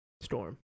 storm